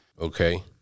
Okay